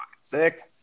sick